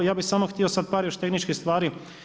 Ja bih samo htio sad par još tehničkih stvari.